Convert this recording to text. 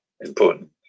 important